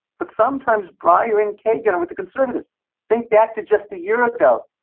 but sometimes breyer and kagan, what the conservatives think back to just a year ago,